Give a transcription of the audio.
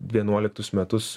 vienuoliktus metus